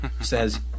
says